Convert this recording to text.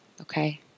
Okay